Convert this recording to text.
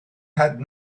had